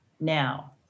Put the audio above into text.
now